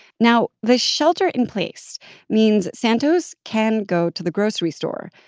now, the shelter in place means santos can go to the grocery store.